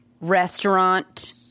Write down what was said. restaurant